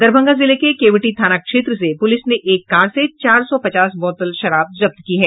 दरभंगा जिले के केवटी थाना क्षेत्र से पुलिस ने एक कार से चार सौ पचास बोलत शराब जब्त की है